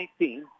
19